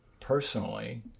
personally